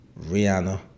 Rihanna